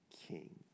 king